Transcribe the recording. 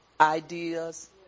ideas